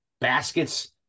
baskets